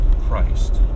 Christ